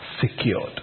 Secured